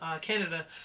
Canada